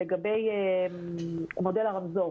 לגבי מודל הרמזור